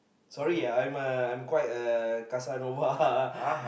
sorry I'm a I'm quite a casanova